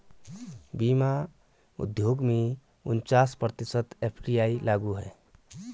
बीमा उद्योग में उनचास प्रतिशत एफ.डी.आई लागू है